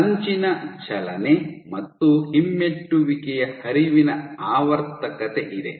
ಅಂಚಿನ ಚಲನೆ ಮತ್ತು ಹಿಮ್ಮೆಟ್ಟುವಿಕೆಯ ಹರಿವಿನ ಆವರ್ತಕತೆ ಇದೆ